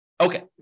Okay